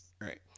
Right